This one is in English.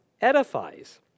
edifies